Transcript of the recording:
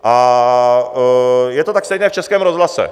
A je to tak stejné v Českém rozhlase.